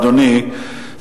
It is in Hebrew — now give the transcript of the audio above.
אדוני,